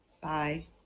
Bye